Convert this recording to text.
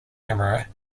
error